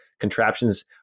contraptions